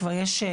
וכבר יש,